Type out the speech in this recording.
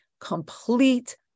complete